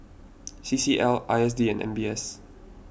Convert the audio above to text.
C C L I S D and M B S